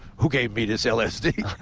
who gave me this lsd?